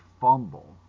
fumble